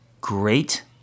great